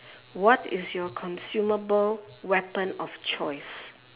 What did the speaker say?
what is your consumable weapon of choice